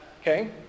Okay